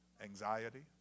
Anxiety